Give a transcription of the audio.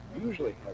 Usually